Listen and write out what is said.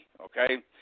Okay